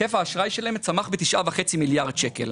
היקף האשראי שלהן צמח ב-9.5 מיליארד שקלים.